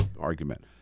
argument